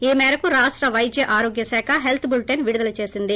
ఈ మేరకు రాష్ట పైద్యారోగ్య శాఖ హెల్త్ బులెటిన్ విడుదల చేసింది